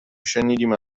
شنیدیم